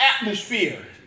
atmosphere